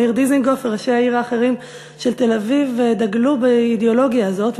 מאיר דיזנגוף וראשי העיר האחרים של תל-אביב דגלו באידיאולוגיה הזאת,